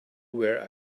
where